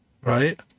right